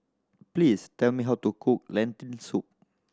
please tell me how to cook Lentil Soup